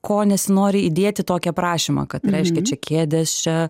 ko nesinori įdėti į tokį prašymą kad reiškia čia kėdės čia